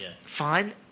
Fine